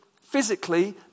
physically